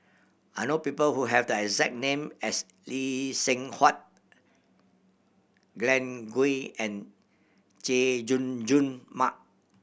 I know people who have the exact name as Lee Seng Huat Glen Goei and Chay Jung Jun Mark